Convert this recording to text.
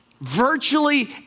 virtually